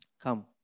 Come